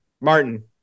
Martin